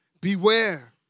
Beware